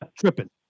tripping